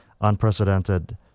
unprecedented